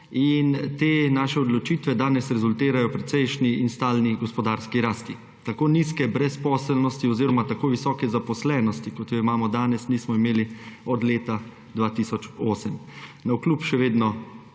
in te naše odločitve danes rezultirajo v precejšnji in stalni gospodarski rasti. Tako nizke brezposelnosti oziroma tako visoke zaposlenosti, kot jo imamo danes, nismo imeli od leta 2008, navkljub še vedno